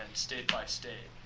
and state by state.